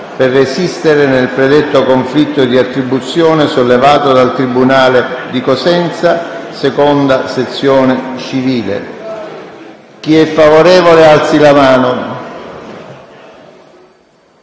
per resistere nel predetto conflitto di attribuzione sollevato dal tribunale di Cosenza - seconda sezione civile. **È approvata.**